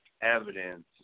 evidence